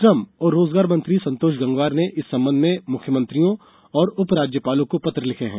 श्रम और रोजगार मंत्री संतोष गंगवार ने इस संबंध में मुख्यमंत्रियों और उप राज्यपालों को पत्र लिखे हैं